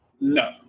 No